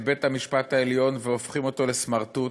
בית-המשפט העליון והופכים אותו לסמרטוט,